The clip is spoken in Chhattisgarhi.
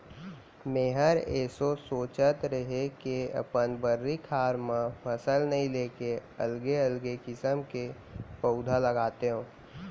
मैंहर एसो सोंचत रहें के अपन भर्री खार म फसल नइ लेके अलगे अलगे किसम के पउधा लगातेंव